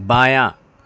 بایاں